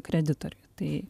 kreditoriui tai